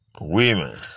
women